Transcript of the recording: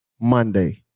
Monday